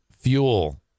fuel